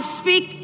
speak